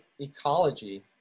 ecology